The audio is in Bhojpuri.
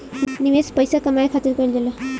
निवेश पइसा कमाए खातिर कइल जाला